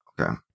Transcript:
Okay